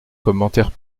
commentaires